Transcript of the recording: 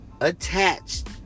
Attached